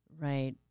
right